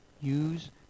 use